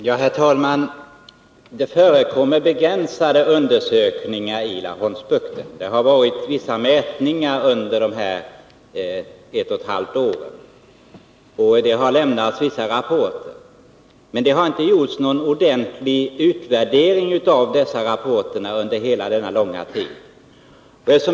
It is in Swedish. Herr talman! Det förekommer begränsade undersökningar i Laholmsbukten. Det har skett vissa mätningar under ett och ett halvt år och det har lämnats vissa rapporter, men det har under hela denna tid inte gjorts någon ordentlig utvärdering av dessa rapporter.